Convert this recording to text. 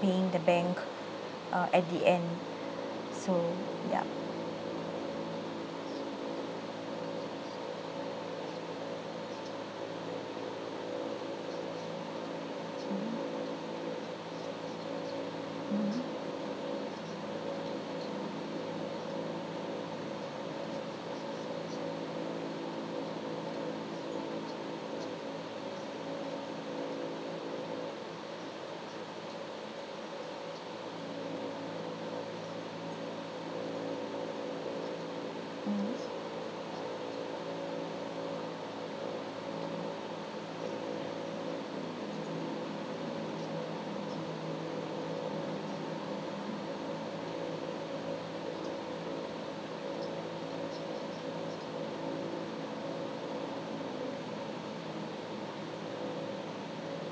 paying the bank uh at the end so yup mmhmm mmhmm mmhmm